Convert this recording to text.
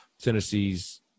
Tennessee's